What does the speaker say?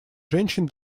женщин